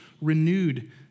renewed